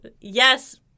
yes